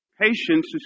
Patience